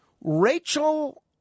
Rachel